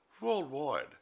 worldwide